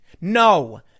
No